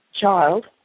child